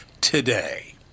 today